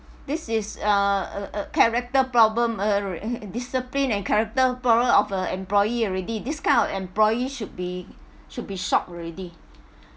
this is a uh uh uh character problem uh discipline and character problem of a employee already this kind of employee should be should be shot already